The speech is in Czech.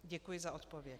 Děkuji za odpověď.